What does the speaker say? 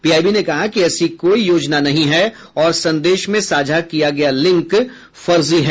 PIB ने कहा कि ऐसी कोई योजना नहीं है और संदेश में साझा किया गया लिंक फर्जी है